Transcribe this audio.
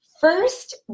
first